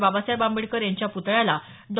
बाबासाहेब आंबेडकर यांच्या पुतळ्याला डॉ